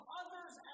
others